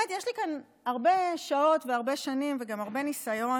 יש לי כאן הרבה שעות והרבה שנים וגם הרבה ניסיון,